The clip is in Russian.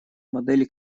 модели